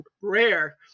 rare